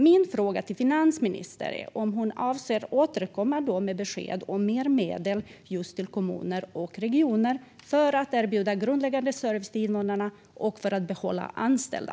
Min fråga till finansministern är om hon avser att återkomma med besked om mer medel just till kommuner och regioner för att erbjuda grundläggande service till invånarna och för att behålla anställda.